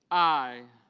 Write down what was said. i.